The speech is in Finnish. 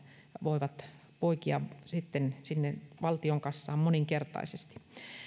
voivat poikia sitten sinne valtion kassaan moninkertaisesti